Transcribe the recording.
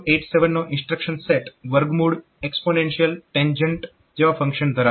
8087 નો instruction set વર્ગમૂળ exponential tangent function ધરાવે છે